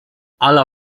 ala